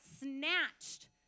snatched